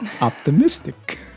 Optimistic